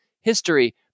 history